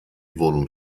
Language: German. wohnung